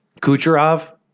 Kucherov